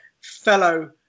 fellow